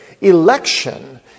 Election